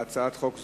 להצעת חוק זו.